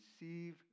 receive